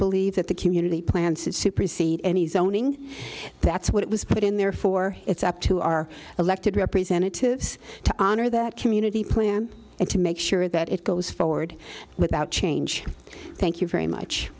believe that the community plan supersedes any zoning that's what it was put in therefore it's up to our elected representatives to honor that community plan and to make sure that it goes forward without change thank you very much